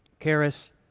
Karis